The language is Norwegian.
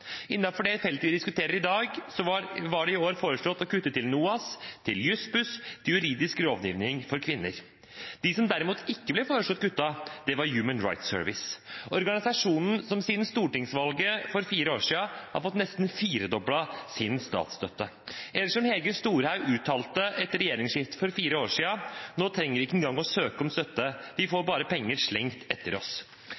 sivilsamfunnet. Innenfor feltet vi diskuterer i dag, var det i år foreslått å kutte til NOAS, til Juss-Buss og til Juridisk rådgivning for kvinner. Noen det derimot ikke ble foreslått kutt til, var Human Rights Service, organisasjonen som siden stortingsvalget for fire år siden nesten har fått firedoblet statsstøtten – eller som Hege Storhaug uttalte etter regjeringsskiftet for fire år siden: «Vi trenger ikke engang å søke om støtte. Vi får